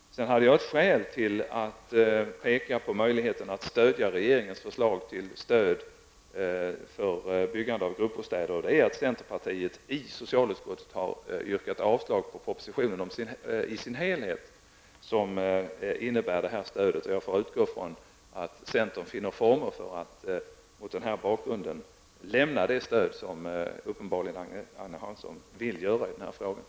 Jag hade ett skäl till att peka på möjligheterna att stödja regeringens förslag till stöd för byggande av gruppbostäder. Centerpartiet har nämligen i socialutskottet yrkat avslag på hela den proposition som innehåller det här stödet. Jag får utgå ifrån att centern finner former för att mot denna bakgrund lämna det stöd som Agne Hansson uppenbarligen vill lämna till detta ändamål.